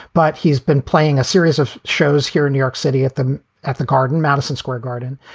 but he's been playing a series of shows here in new york city at the at the garden, madison square garden.